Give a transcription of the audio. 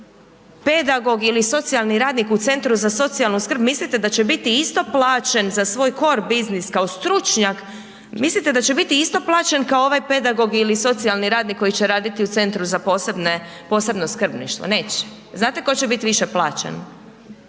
zakon pedagog ili socijalni radnik u Centru za socijalnu skrb mislite da će biti isto plaćen za svoj kor biznis kao stručnjak, mislite da će biti isto plaćen kao ovaj pedagog ili socijalni radnik koji će raditi u Centru za posebno skrbništvo? Neće. Znate tko će biti više plaćen?